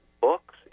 Books